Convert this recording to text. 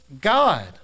God